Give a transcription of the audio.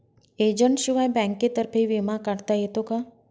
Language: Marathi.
एजंटशिवाय बँकेतर्फे विमा काढता येतो का?